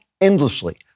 endlessly